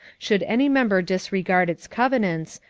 should any member disregard its covenants,